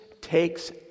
takes